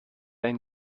ein